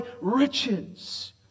riches